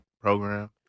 program